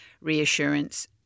reassurance